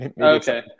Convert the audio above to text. Okay